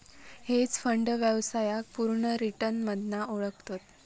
hedge fund व्यवसायाक पुर्ण return मधना ओळखतत